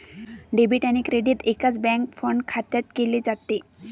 debit आणि credit एकाच bank fund खात्यात केले जाते